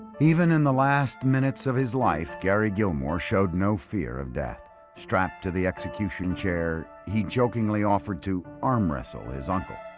even in the last minutes of his life gary gilmore showed no fear of death strapped to the execution chair he jokingly offered to arm wrestle his uncle